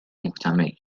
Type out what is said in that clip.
محتمل